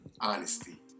honesty